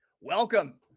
welcome